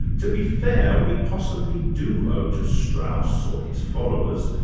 to be fair, we possibly do owe to strauss or his followers,